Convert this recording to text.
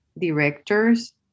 directors